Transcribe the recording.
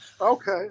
Okay